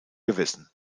gewissen